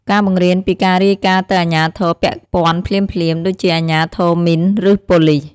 ការបង្រៀនពីការរាយការណ៍ទៅអាជ្ញាធរពាក់ព័ន្ធភ្លាមៗ ដូចជាអាជ្ញាធរមីន ឬប៉ូលិស។